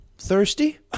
Thirsty